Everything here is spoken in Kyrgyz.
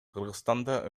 кыргызстанда